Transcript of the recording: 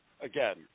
again